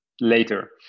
later